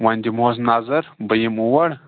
وۄنۍ دِمہوس نظر بہٕ یِمہٕ اور